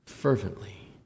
Fervently